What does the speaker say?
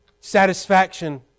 satisfaction